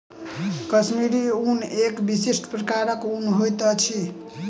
कश्मीरी ऊन एक विशिष्ट प्रकारक ऊन होइत अछि